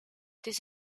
this